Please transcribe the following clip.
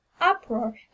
uproar